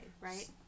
right